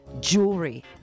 jewelry